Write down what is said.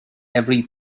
every